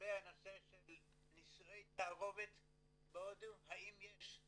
לגבי הנושא של נישואי תערובת בהודו, האם יש?